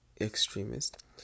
extremist